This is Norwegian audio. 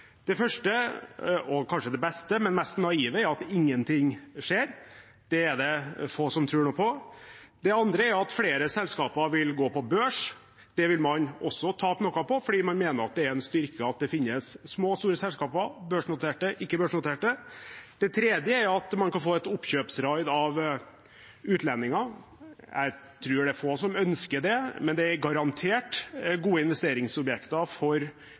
Det første – og kanskje det beste, men mest naive – er at ingenting skjer. Det er det få som tror noe på. Det andre er at flere selskaper vil gå på børs. Det vil man også tape noe på, fordi man mener at det er en styrke at det finnes små og store selskaper, børsnoterte og ikke-børsnoterte. Det tredje er at man kan få et oppkjøpsraid fra utlendinger. Jeg tror det er få som ønsker det, men det er garantert gode investeringsobjekter for